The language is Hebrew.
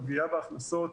הפגיעה בהכנסות.